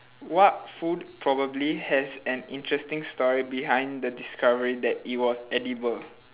what food probably has an interesting story behind the discovery that it was edible